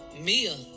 Mia